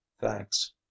thanks